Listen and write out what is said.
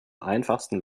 einfachsten